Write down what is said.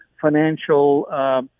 financial